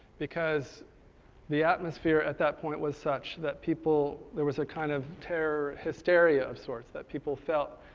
because the atmosphere at that point was such that people, there was a kind of terror hysteria of sorts that people felt.